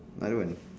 I don't want